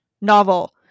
novel